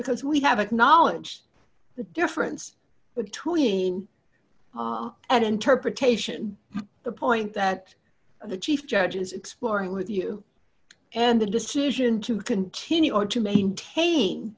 because we have acknowledged the difference between and interpretation the point that the chief judge is exploring with you and the decision to continue or to maintain